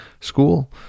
school